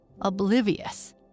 oblivious